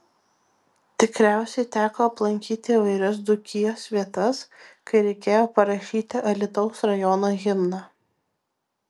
tikriausiai teko aplankyti įvairias dzūkijos vietas kai reikėjo parašyti alytaus rajono himną